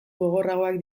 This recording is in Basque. gogorragoak